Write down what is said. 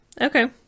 Okay